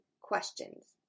questions